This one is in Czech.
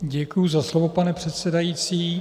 Děkuji za slovo, pane předsedající.